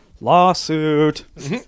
Lawsuit